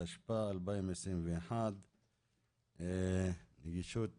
התשפ"א 2021. נגישות